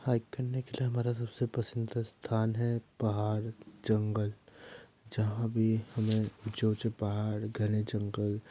hike करने के लिए हमारा सबसे पसंदीदा स्थान है पहाड़ जंगल जहाँ भी हमें जो जो पहाड़ घने जंगल